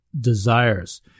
desires